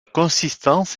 consistance